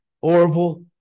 Orville